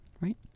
right